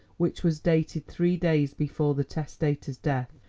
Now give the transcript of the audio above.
which was dated three days before the testator's death,